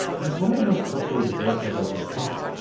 and it's one of the most culturally diverse suburbs in the country.